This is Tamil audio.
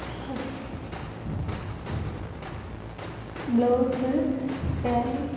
cos blouse sari